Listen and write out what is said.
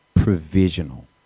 provisional